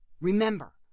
Remember